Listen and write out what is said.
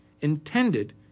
intended